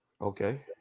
Okay